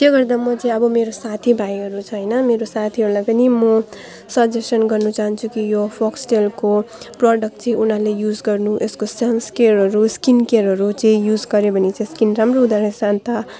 त्यो गर्दा म चाहिँ अब मेरो साथीभाइहरू चाहिँ होइन मेरो साथीहरूलाई पनि म सजेसन गर्नु चाहन्छु कि यो फोक्सटेलको प्रडक्ट चाहिँ उनीहरूले युज गर्नु यसको सन्स केयरहरू स्किन केयरहरू चाहिँ युज गऱ्यो भने चाहिँ स्किन राम्रो हुँदो रहेछ अन्त